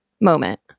moment